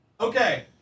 Okay